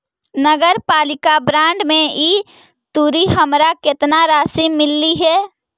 नगरपालिका बॉन्ड में ई तुरी हमरा केतना राशि मिललई हे?